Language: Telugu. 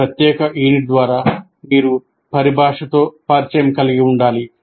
ఈ ప్రత్యేక యూనిట్ ద్వారా మీరు పరిభాషతో పరిచయం కలిగి ఉండాలి